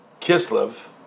Kislev